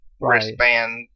wristband